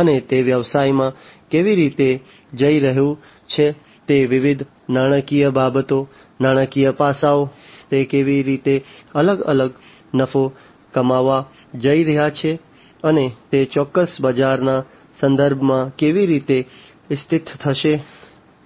અને તે વ્યવસાયમાં કેવી રીતે જઈ રહ્યું છે તે વિવિધ નાણાકીય બાબતો નાણાકીય પાસાઓ તે કેવી રીતે અલગ અલગ નફો કમાવવા જઈ રહ્યું છે અને તે ચોક્કસ બજારના સંદર્ભમાં કેવી રીતે સ્થિત થશે